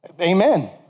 Amen